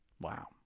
Wow